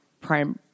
prime